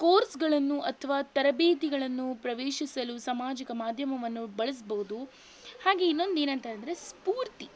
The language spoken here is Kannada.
ಕೋರ್ಸ್ಗಳನ್ನು ಅಥವಾ ತರಬೇತಿಗಳನ್ನು ಪ್ರವೇಶಿಸಲು ಸಾಮಾಜಿಕ ಮಾಧ್ಯಮವನ್ನು ಬಳಸ್ಬೌದು ಹಾಗೆ ಇನ್ನೊಂದೇನಂತ ಅಂದರೆ ಸ್ಫೂರ್ತಿ